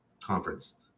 conference